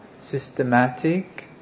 systematic